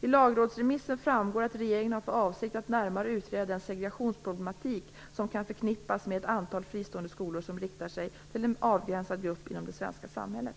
I lagrådsremissen framgår att regeringen har för avsikt att närmare utreda den segregationsproblematik som kan förknippas med ett antal fristående skolor som riktar sig till en avgränsad grupp inom det svenska samhället.